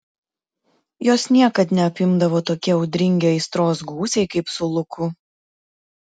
jos niekad neapimdavo tokie audringi aistros gūsiai kaip su luku